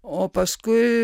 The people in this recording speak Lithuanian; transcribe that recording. o paskui